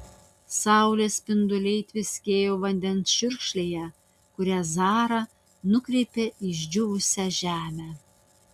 saulės spinduliai tviskėjo vandens čiurkšlėje kurią zara nukreipė į išdžiūvusią žemę